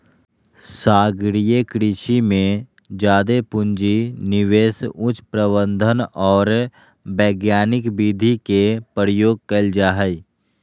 सागरीय कृषि में जादे पूँजी, निवेश, उच्च प्रबंधन और वैज्ञानिक विधि के प्रयोग कइल जा हइ